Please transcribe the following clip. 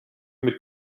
mit